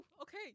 okay